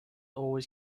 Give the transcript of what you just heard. always